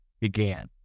began